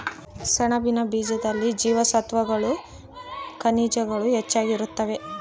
ಸೆಣಬಿನ ಬೀಜದಲ್ಲಿ ಜೀವಸತ್ವಗಳು ಖನಿಜಗಳು ಹೆಚ್ಚಾಗಿ ಇರುತ್ತವೆ